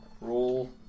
Rule